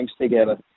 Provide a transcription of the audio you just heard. together